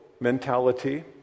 Mentality